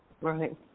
right